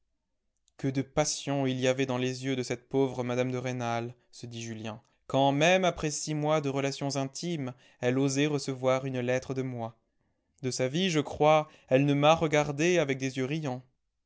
que de passion il y avait dans les yeux de cette pauvre mme de rênal se dit julien quand même après six mois de relations intimes elle osait recevoir une lettre de moi de sa vie je crois elle ne m'a regardé avec des